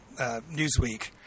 Newsweek